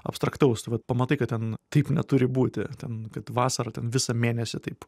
abstraktaus tai vat pamatai kad ten taip neturi būti ten kad vasarą ten visą mėnesį taip